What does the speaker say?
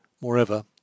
Moreover